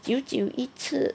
久久一次